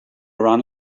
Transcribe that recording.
run